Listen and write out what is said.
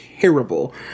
terrible